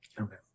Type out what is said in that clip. Okay